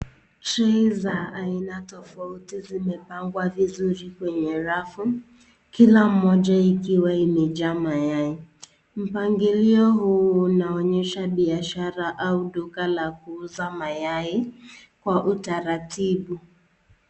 Trei za aina tofauti zimepangwa vizuri kwenye rafu, kila moja ikiwa imejaa mayai, mpangilio huu unaonyesha biashara au duka la kuuza mayai kwa utaratibu.